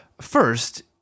First